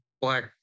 black